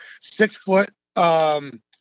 six-foot